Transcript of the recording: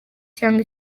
cyangwa